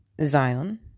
Zion